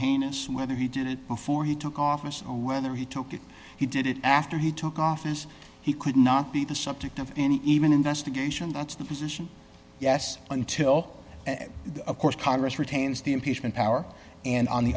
heinous whether he did it before he took office or whether he took it he did it after he took office he could not be the subject of any even investigation that's the position yes until of course congress retains the impeachment power and on the